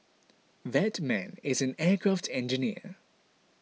that man is an aircraft engineer